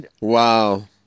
Wow